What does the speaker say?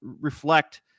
reflect